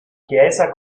chiesa